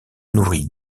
nourrit